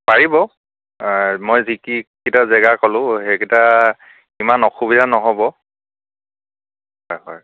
পাৰিব মই যি কি গিটা জেগা কলোঁ সেইগিটা ইমান অসুবিধা ন'হব হয়